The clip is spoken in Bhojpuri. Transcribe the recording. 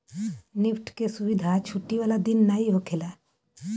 निफ्ट के सुविधा छुट्टी वाला दिन नाइ होखेला